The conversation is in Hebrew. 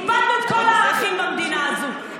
איבדנו את כל הערכים במדינה הזו,